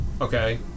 Okay